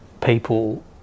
people